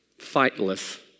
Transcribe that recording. fightless